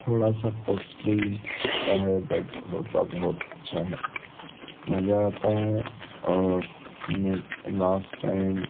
थोड़ा सा कॉस्टली होता है बट होता बहुत अच्छा है मज़ा आता है और मैं लास्ट टाइम